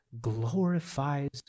glorifies